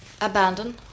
Abandon